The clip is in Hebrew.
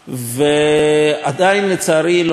ועדיין לצערי לא נמצא לכך זוכה.